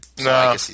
No